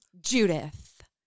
Judith